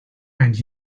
and